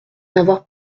n’avoir